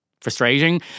frustrating